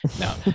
No